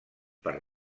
per